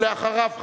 ואחריו,